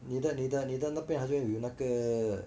你的你的你的那边好像有那个